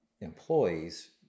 employees